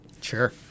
Sure